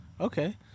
Okay